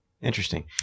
interesting